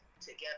together